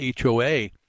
HOA